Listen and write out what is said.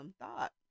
thought